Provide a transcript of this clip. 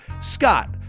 Scott